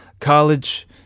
college